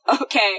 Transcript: okay